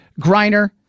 Griner